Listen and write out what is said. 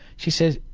she said,